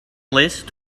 list